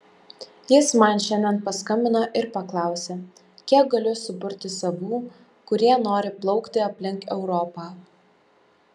jis man šiandien paskambino ir paklausė kiek galiu suburti savų kurie nori plaukti aplink europą